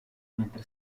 mentre